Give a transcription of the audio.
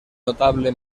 notable